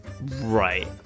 Right